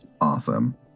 Awesome